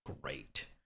great